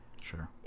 Sure